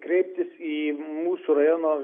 kreiptis į mūsų rajono